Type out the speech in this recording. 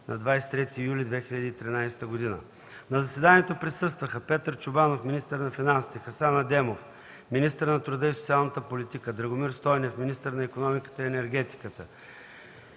на 23 юли 2013 г. На заседанието присъстваха Петър Чобанов – министър на финансите, Хасан Адемов – министър на труда и социалната политика, Драгомир Стойнев – министър на икономиката и енергетиката,